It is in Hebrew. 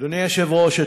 אדוני היושב-ראש,